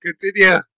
continue